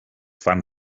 fan